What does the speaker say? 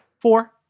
Four